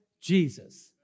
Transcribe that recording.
Jesus